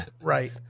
Right